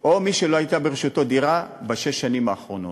או מי שלא הייתה ברשותו דירה בשש השנים האחרונות.